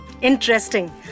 interesting